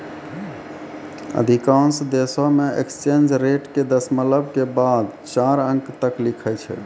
अधिकांश देशों मे एक्सचेंज रेट के दशमलव के बाद चार अंक तक लिखै छै